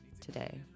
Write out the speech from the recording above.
today